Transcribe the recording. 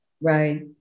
Right